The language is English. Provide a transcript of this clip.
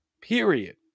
Period